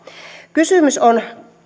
kysymys on